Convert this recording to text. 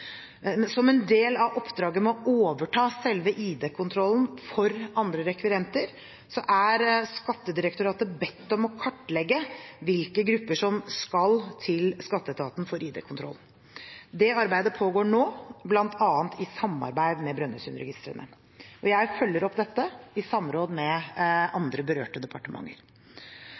som skal møte til ID-kontroll. Som en del av oppdraget med å overta selve ID-kontrollen for andre rekvirenter er Skattedirektoratet bedt om å kartlegge hvilke grupper som skal til skatteetaten for ID-kontroll. Det arbeidet pågår nå, bl.a. i samarbeid med Brønnøysundregistrene. Jeg følger opp dette i samråd med andre berørte departementer.